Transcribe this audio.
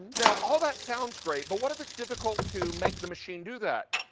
you know all that sounds great but what if it's difficult to make the machine do that.